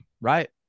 right